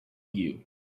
you